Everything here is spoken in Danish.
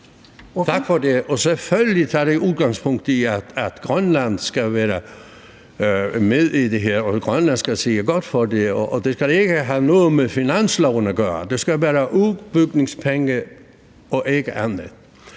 Tak for det. Selvfølgelig tager det udgangspunkt i, at Grønland skal være med i det her, og at Grønland skal sige god for det. Og det skal ikke have noget med finansloven at gøre; det skal være udbygningspenge og ikke andet.